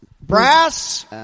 brass